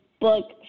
book